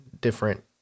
different